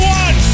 one